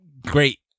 great